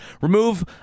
Remove